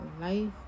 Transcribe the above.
life